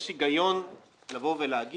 יש הגיון לבוא ולומר